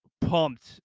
pumped